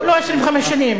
לא 25 שנים.